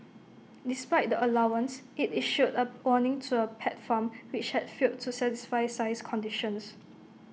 despite the allowance IT issued A warning to A pet farm which had failed to satisfy size conditions